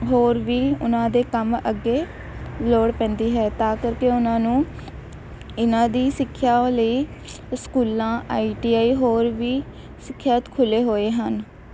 ਹੋਰ ਵੀ ਉਨ੍ਹਾਂ ਦੇ ਕੰਮ ਅੱਗੇ ਲੋੜ ਪੈਂਦੀ ਹੈ ਤਾਂ ਕਰਕੇ ਉਹਨਾਂ ਨੂੰ ਇਹਨਾਂ ਦੀ ਸਿੱਖਿਆ ਲਈ ਸਕੂਲਾਂ ਆਈ ਟੀ ਆਈ ਹੋਰ ਵੀ ਸਿੱਖਿਅਤ ਖੁੱਲ੍ਹੇ ਹੋਏ ਹਨ